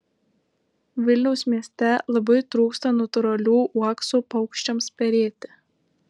vilniaus mieste labai trūksta natūralių uoksų paukščiams perėti